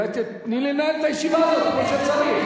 אולי תיתני לי לנהל את הישיבה הזאת כמו שצריך?